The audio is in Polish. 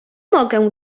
mogę